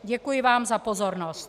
Děkuji vám za pozornost.